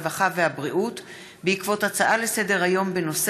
הרווחה והבריאות בעקבות הצעה לסדר-היום של חבר הכנסת אחמד טיבי בנושא: